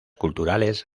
culturales